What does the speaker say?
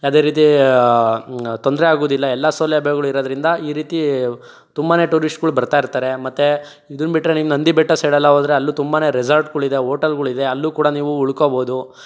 ಯಾವುದೇ ರೀತಿ ತೊಂದರೆ ಆಗೋದಿಲ್ಲ ಎಲ್ಲ ಸೌಲಭ್ಯಗಳು ಇರೋದ್ರಿಂದ ಈ ರೀತಿ ತುಂಬನೇ ಟೂರಿಸ್ಟ್ಗಳು ಬರ್ತಾಯಿರ್ತಾರೆ ಮತ್ತೆ ಇದನ್ನು ಬಿಟ್ರೆ ನೀವು ನಂದಿ ಬೆಟ್ಟ ಸೈಡ್ ಎಲ್ಲ ಹೋದರೆ ಅಲ್ಲೂ ತುಂಬನೇ ರೆಸಾರ್ಟ್ಗಳು ಇದೆ ಹೋಟಲ್ಗಳು ಇದೆ ಅಲ್ಲೂ ಕೂಡ ನೀವು ಉಳ್ಕೋಬಹುದು